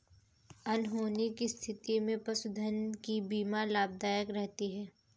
अनहोनी की स्थिति में पशुधन की बीमा लाभदायक रहती है